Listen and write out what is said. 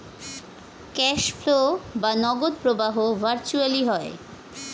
cash flow বা নগদ প্রবাহ ভার্চুয়ালি হয়